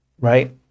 right